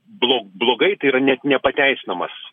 blo blogai tai yra net nepateisinamas